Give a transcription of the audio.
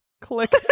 click